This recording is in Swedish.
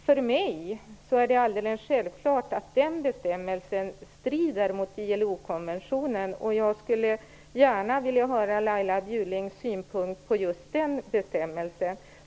För mig är det självklart att den bestämmelsen strider mot ILO-konventionen, och jag skulle gärna vilja höra Laila Bjurlings synpunkt på just den bestämmelsen.